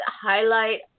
highlight